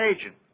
agent